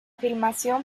filmación